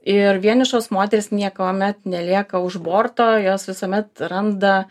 ir vienišos moterys niekuomet nelieka už borto jos visuomet randa